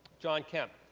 john kemp.